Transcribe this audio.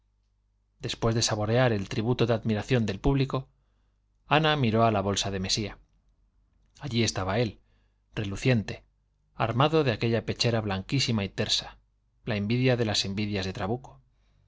después de saborear el tributo de admiración del público ana miró a la bolsa de mesía allí estaba él reluciente armado de aquella pechera blanquísima y tersa la envidia de las envidias de trabuco